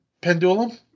pendulum